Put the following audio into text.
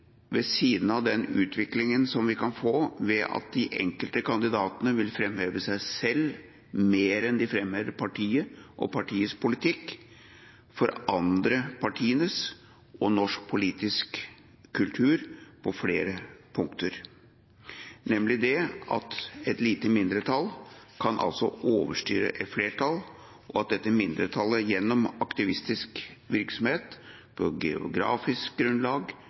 seg selv mer enn de framhever partiet og partiets politikk, forandre partienes kultur og norsk politisk kultur på flere punkter. Et lite mindretall kan nemlig overstyre et flertall, og dette mindretallet kan gjennom aktivistisk virksomhet, på geografisk eller annet grunnlag,